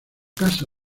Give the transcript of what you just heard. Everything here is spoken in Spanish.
casa